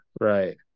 Right